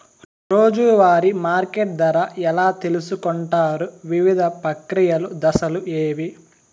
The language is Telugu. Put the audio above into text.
రోజూ వారి మార్కెట్ ధర ఎలా తెలుసుకొంటారు వివిధ ప్రక్రియలు దశలు ఏవి?